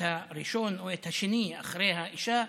את הראשון או את השני אחרי האישה,